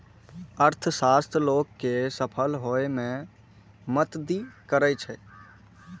अर्थशास्त्र लोग कें सफल होइ मे मदति करै छै